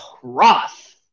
Cross